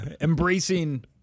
embracing